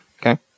Okay